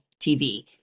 TV